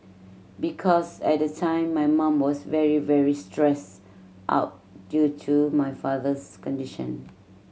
because at the time my mum was very very stress out due to my father's condition